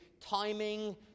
timing